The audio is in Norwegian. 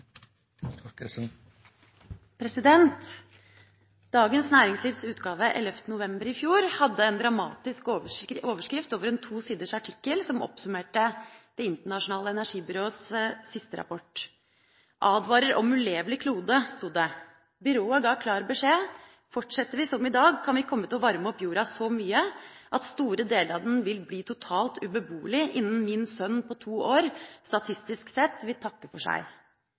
Dagens Næringslivs utgave 11. november i fjor hadde en dramatisk overskrift over en to siders artikkel som oppsummerte Det internasjonale energibyråets siste rapport. «Advarer om ulevelig klode», sto det. Byrået ga klar beskjed. Fortsetter vi som i dag, kan vi komme til å varme opp jorda så mye at store deler av den vil bli totalt ubeboelig innen min sønn på to år statistisk sett vil takke for seg.